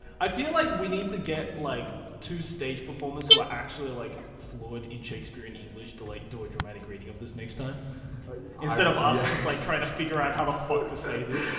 i feel like we need to get like two stage performers performers who are actually like fluent in shakespearean english to like do a dramatic reading of this next time instead of us just like trying to figure out how the fuck to say this